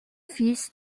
fils